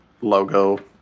logo